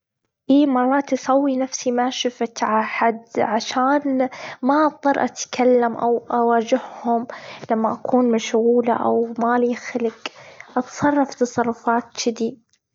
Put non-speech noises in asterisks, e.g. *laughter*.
*noise* أي مرات أسوي نفسي ما شفت عحد عشان ما أضطر أتكلم أو أواجهم لما أكون مشغولة، أو مالي خلج أتصرف تصرفات كدجي.